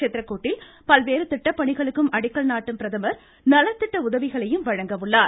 சித்ரக்கூட்டில் பல்வேறு திட்ட பணிகளுக்கும் அடிக்கல் நாட்டும் பிரதமர் நலத்திட்ட உதவிகளையும் வழங்க உள்ளார்